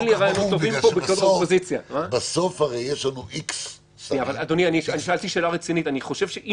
בכל מקרה אנחנו רוצים שיהיו